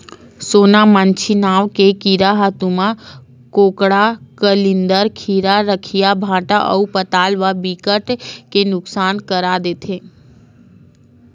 सोन मांछी नांव के कीरा ह तुमा, कोहड़ा, कलिंदर, खीरा, रखिया, भांटा अउ पताल ल बिकट के नुकसान कर देथे